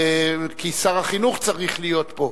כי שר החינוך צריך להיות פה.